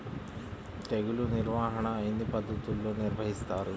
తెగులు నిర్వాహణ ఎన్ని పద్ధతుల్లో నిర్వహిస్తారు?